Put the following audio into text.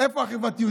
איפה החברתיות,